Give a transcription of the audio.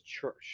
church